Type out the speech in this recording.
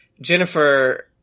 Jennifer